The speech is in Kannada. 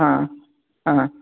ಹಾಂ ಹಾಂ